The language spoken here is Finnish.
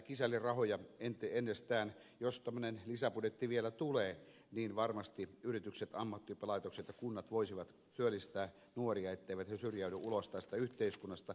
jos tämmöinen lisäbudjetti vielä tulee niin varmasti yritykset ammattioppilaitokset ja kunnat voisivat työllistää nuoria etteivät he syrjäydy ulos tästä yhteiskunnasta